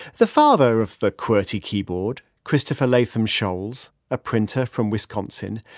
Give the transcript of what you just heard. the father of the qwerty keyboard, christopher latham sholes, a printer from wisconsin,